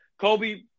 Kobe